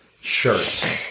shirt